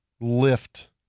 lift